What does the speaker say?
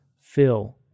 fill